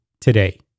today